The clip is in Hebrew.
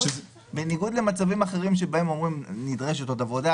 בניגוד למצבים אחרים שבהם אומרים שנדרשת עוד עבודה,